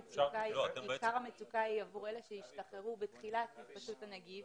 עיקר המצוקה היא עבור אלה שהשתחררו בתחילת התפשטות הנגיף